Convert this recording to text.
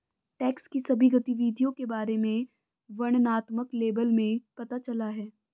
tax की सभी गतिविधियों के बारे में वर्णनात्मक लेबल में पता चला है